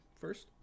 first